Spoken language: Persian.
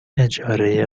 اجازه